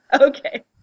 Okay